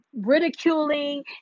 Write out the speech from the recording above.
Ridiculing